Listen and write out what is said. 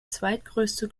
zweitgrößte